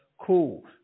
Cool